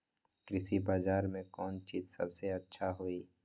कृषि बजार में कौन चीज सबसे अच्छा होई?